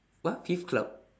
what clerk